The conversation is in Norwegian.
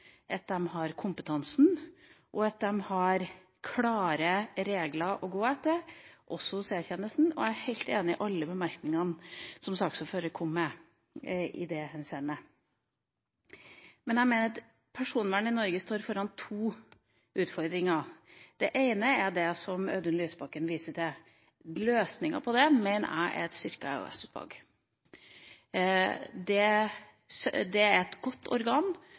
og klare regler å gå etter, også hos E-tjenesten. Jeg er helt enig i alle bemerkningene saksordføreren kom med i den henseende. Men jeg mener at personvernet i Norge står foran to utfordringer. Det ene er det som Audun Lysbakken viser til. Løsninga på det mener jeg er et styrket EOS-utvalg. Det er et godt organ